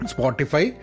Spotify